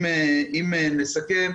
אם נסכם,